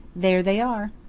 there they are.